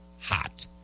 hot